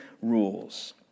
rules